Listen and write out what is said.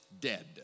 dead